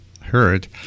heard